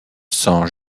sans